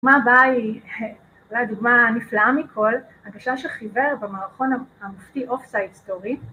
דוגמה הבאה היא אולי הדוגמה הנפלאה מכל, הגשש החיוור במערכון המופתי אוף סייד סטורי